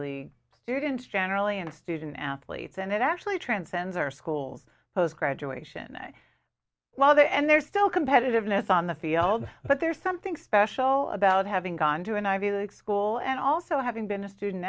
league students generally and student athletes and it actually transcends our schools post graduation while there and there's still competitiveness on the field but there's something special about having gone to an ivy league school and also having been a student